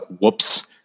Whoops